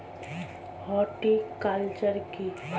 Horticulture কি?